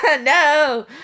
No